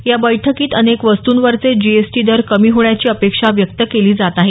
या बैठकीत अनेक वस्तूंवरचे जीएसटी दर कमी होण्याची अपेक्षा व्यक्त केली जात आहे